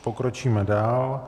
Pokročíme dál.